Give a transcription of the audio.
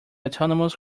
autonomous